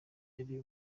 yari